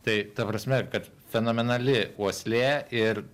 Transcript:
tai ta prasme kad fenomenali uoslė ir